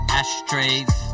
ashtrays